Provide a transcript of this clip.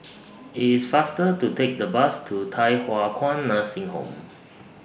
IT IS faster to Take The Bus to Thye Hua Kwan Nursing Home